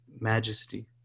majesty